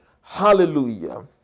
Hallelujah